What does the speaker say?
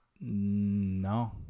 No